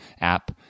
app